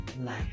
Life